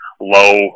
low